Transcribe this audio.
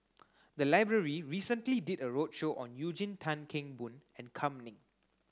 the library recently did a roadshow on Eugene Tan Kheng Boon and Kam Ning